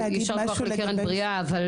ישר כוח ל"קרן בריאה" --- אני רוצה להגיד